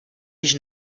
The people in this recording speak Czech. již